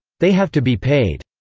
they have to be paid.